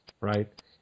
right